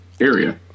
area